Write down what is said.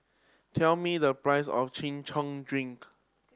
tell me the price of Chin Chow drink